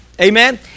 Amen